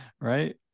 right